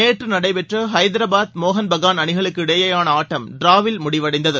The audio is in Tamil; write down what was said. நேற்று நடைபெற்ற ஹைதராபாத் மோகன் பகாள் அணிகளுக்கு இடையேயான ஆட்டம் டிராவில் முடிவடைந்தது